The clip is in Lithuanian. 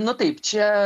nu taip čia